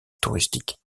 touristique